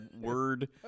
word